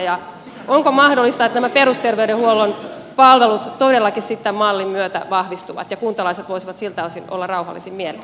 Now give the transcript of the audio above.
ja onko mahdollista että nämä perusterveydenhuollon palvelut todellakin sitten tämän mallin myötä vahvistuvat ja kuntalaiset voisivat siltä osin olla rauhallisin mielin